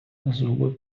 зуби